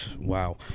Wow